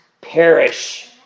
perish